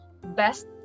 best